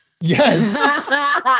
Yes